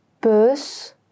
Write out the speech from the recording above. bus